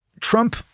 Trump